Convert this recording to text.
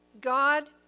God